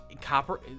Copper